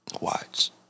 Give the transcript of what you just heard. Watch